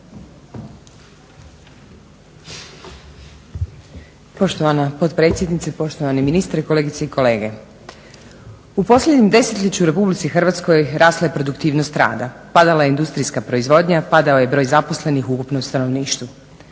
Poštovana potpredsjednice, poštovani ministre, kolegice i kolege. U posljednjem desetljeću u RH rasla je produktivnost rada, padala je industrijska proizvodnja, padao je broj zaposlenih u ukupnom stanovništvu.